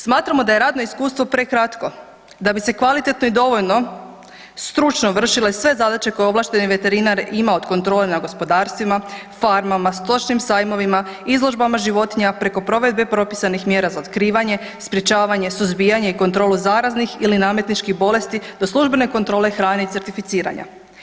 Smatramo da je radno iskustvo prekratko da bi se kvalitetno i dovoljno stručno vršile sve zadaće koje ovlašteni veterinar ima od kontrole na gospodarstvima, farmama, stočnim sajmovima, izložbama životinja preko provedbe propisanih mjera za otkrivanje, sprječavanje i suzbijanje i kontrolu zaraznih ili nametničkih bolesti to služben kontrole hrane i certificiranja.